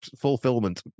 fulfillment